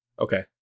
Okay